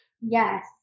Yes